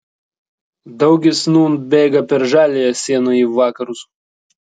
daugis nūn bėga per žaliąją sieną į vakarus